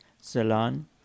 Salon